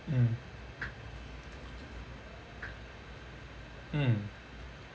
mm mm